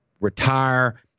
retire